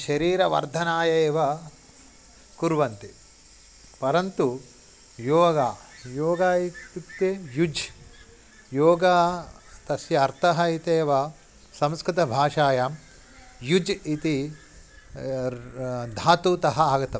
शरीरवर्धनाय एव कुर्वन्ति परन्तु योगः योगः इत्युक्ते युज् योगः तस्य अर्थः इत्येव संस्कृतभाषायां युज् इति र् धातुतः आगतम्